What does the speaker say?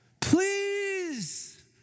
Please